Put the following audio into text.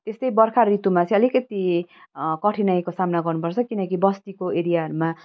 यस्तै बर्खा ऋतूमा चाहिँ अलिकति कठिनाईको सामना गर्नुपर्छ किनकि बस्तीको एरियाहरूमा